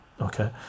okay